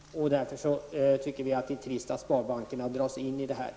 Därför tycker vi att det är trist att sparbankerna dras in i detta.